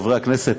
חברי הכנסת,